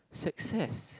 success